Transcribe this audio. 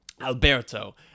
Alberto